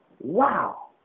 Wow